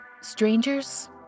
strangers